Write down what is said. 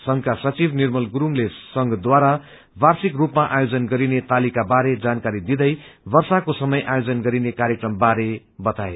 संघका सचिव निर्मल गुरूङले संघद्वारा बार्षिक रूपमा आयोजन गरिने तालिकाबारे जानकारी दिंदै वर्षाको समय आयोजन गरिने कर्कायकमको बारे बताए